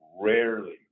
Rarely